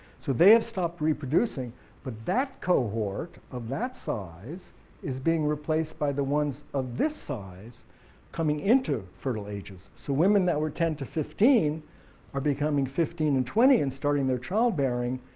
so they have stopped reproducing but that cohort of that size is being replaced by the ones of this size coming into fertile ages, so women that were ten to fifteen are becoming fifteen to and twenty and starting their childbearing,